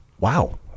wow